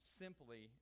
simply